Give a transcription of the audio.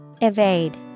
Evade